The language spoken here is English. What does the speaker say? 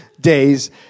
Day's